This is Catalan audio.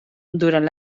durant